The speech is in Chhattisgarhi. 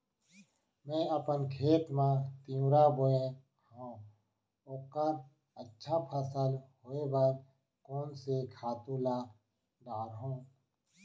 मैं अपन खेत मा तिंवरा बोये हव ओखर अच्छा फसल होये बर कोन से खातू ला डारव?